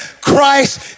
Christ